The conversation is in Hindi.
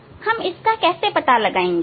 हम इसका पता कैसे लगाएंगे